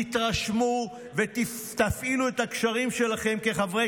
תתרשמו ותפעילו את הקשרים שלכם כחברי